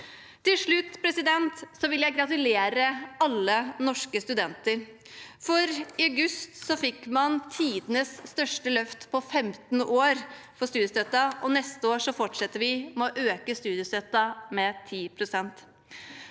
Til slutt vil jeg gratulere alle norske studenter, for i august fikk man tidenes største løft på 15 år av studiestøtten, og neste år fortsetter vi ved å øke studiestøtten med 10 pst.